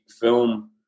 film